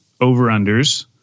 over-unders